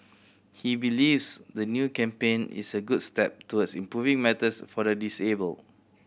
he believes the new campaign is a good step towards improving matters for the disabled